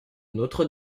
notre